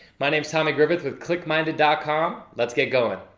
my name's tommy griffith with clickminded ah com, let's get going.